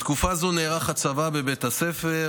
בתקופה זו נערך הצבא בבית הספר,